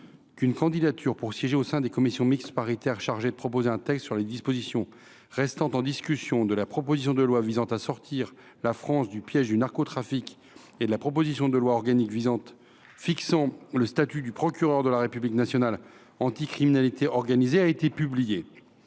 qu’une candidature pour siéger au sein des commissions mixtes paritaires chargées de proposer un texte sur les dispositions restant en discussion de la proposition de loi visant à sortir la France du piège du narcotrafic et de la proposition de loi organique fixant le statut du procureur de la République national anti criminalité organisée a été publiée.